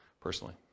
personally